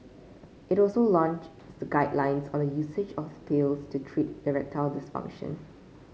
it will also launch guidelines on the usage of pills to treat erectile dysfunction